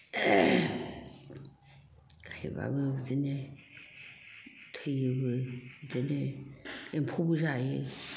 गायबाबो बिदिनो थैयोबो बिदिनो एम्फौबो जायो